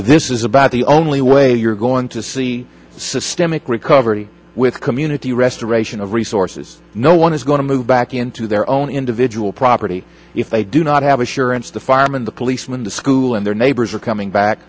this is about the only way you're going to see systemic recovery with community restoration of resources no one is going to move back into their own individual property if they do not have assurance the firemen the policemen the school and their neighbors are coming back